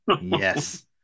yes